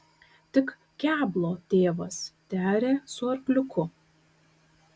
tik keblo tėvas tearė su arkliuku